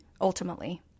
ultimately